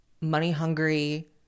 money-hungry